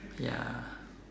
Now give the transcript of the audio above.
ya